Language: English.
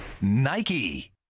Nike